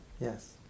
Yes